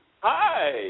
Hi